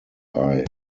eye